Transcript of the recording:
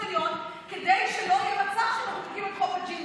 העליון כדי שלא יהיה מצב שמחוקקים את חוק הג'ינג'י.